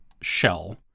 shell